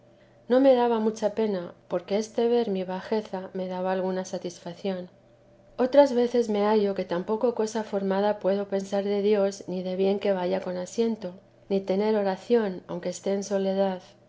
no me daba mucha pena porque este ver mi bajeza me daba alguna satisfacción otras veces me hallo que tampoco cosa formada puedo pensar de dios ni de bien que vaya con asiento ni tener oración aunque esté en soledad